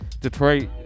detroit